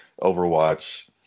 Overwatch